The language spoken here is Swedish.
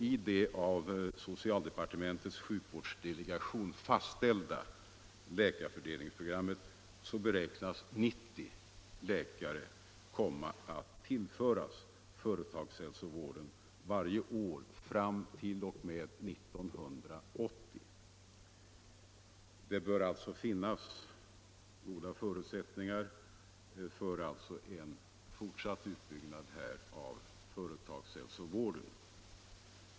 I det av socialdepartementets sjukvårdsdelegation fastställda läkarfördelningsprogrammet beräknas 90 läkare komma att tillföras företagshälsovården varje år fram t.o.m. 1980. Det bör alltså finnas goda förutsättningar för en fortsatt utbyggnad av företagshälsovården.